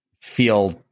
feel